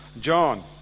John